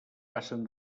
passen